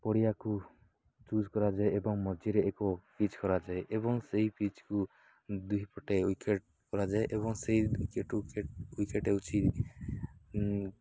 ପଡ଼ିଆକୁ ଚୁଜ୍ କରାଯାଏ ଏବଂ ମଝିରେ ଏକ ପିଚ୍ କରାଯାଏ ଏବଂ ସେଇ ପିଚ୍କୁ ଦୁଇ ପଟେ ୱଇକେଟ୍ କରାଯାଏ ଏବଂ ସେଇ ୱଇକେଟ୍ରୁ ୱଇକେଟ୍ ହଉଛି